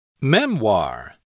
Memoir